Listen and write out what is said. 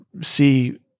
see